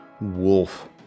wolf